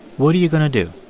what are you going to do?